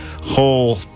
whole